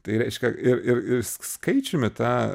tai reiškia ir ir ir sk skaičiumi ta